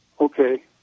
Okay